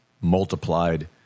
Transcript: multiplied